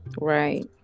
Right